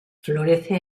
florece